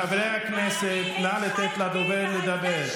חברי הכנסת, נא לתת לדובר לדבר.